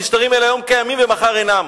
המשטרים האלה היום קיימים ומחר אינם.